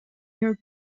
your